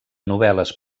novel·les